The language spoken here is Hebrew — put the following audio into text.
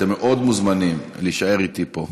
אתם מאוד מוזמנים להישאר איתי פה.